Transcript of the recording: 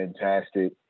fantastic